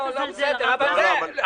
אל תזלזל, הרב גפני.